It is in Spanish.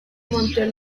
monte